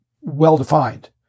well-defined